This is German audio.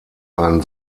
einen